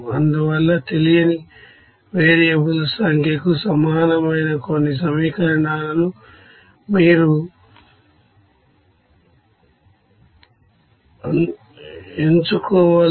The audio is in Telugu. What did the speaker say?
అందువల్ల తెలియని వేరియబుల్స్ సంఖ్యకు సమానమైన కొన్ని సమీకరణాలను మీరు ఎంచుకోవాలి